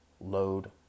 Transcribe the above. load